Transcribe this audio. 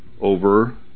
over